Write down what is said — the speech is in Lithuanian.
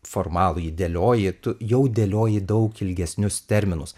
formalųjį dėlioji tu jau dėlioji daug ilgesnius terminus